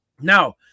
Now